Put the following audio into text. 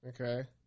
okay